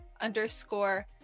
underscore